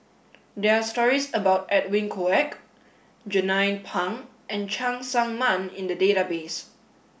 there are stories about Edwin Koek Jernnine Pang and Cheng Tsang Man in the database